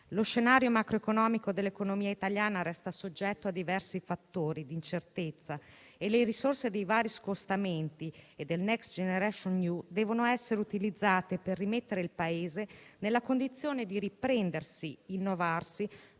Lo scenario macroeconomico dell'economia italiana resta soggetto a diversi fattori di incertezza e le risorse dei vari scostamenti e del Next generation EU devono essere utilizzate per rimettere il Paese nella condizione di riprendersi e innovarsi,